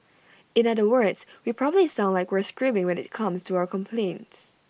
in other words we probably sound like we're screaming when IT comes to our complaints